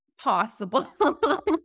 possible